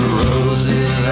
roses